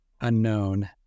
unknown